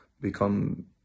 become